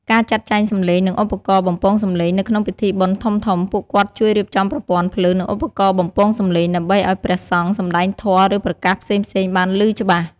ការជួយទុកដាក់ស្បែកជើង នៅពេលចូលទៅក្នុងសាលាឆាន់ ឬព្រះវិហារ ភ្ញៀវត្រូវដោះស្បែកជើង។